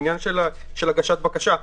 העניין של הגשת בקשה,